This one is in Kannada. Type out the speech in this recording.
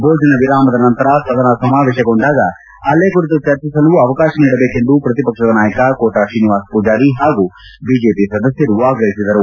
ಭೋಜನ ವಿರಾಮದ ನಂತರ ಸದನ ಸಮಾವೇಶಗೊಂಡಾಗ ಹಲ್ಲೆ ಕುರಿತು ಚರ್ಚಿಸಲು ಅವಕಾಶ ನೀಡಬೇಕೆಂದು ಪ್ರತಿಪಕ್ಷದ ನಾಯಕ ಕೋಟಾ ಶ್ರೀನಿವಾಸ್ ಪೂಜಾರಿ ಹಾಗೂ ಬಿಜೆಪಿ ಸದಸ್ಯರು ಆಗ್ರಹಿಸಿದರು